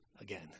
again